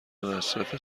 مصرف